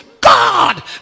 God